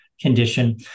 condition